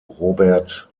robert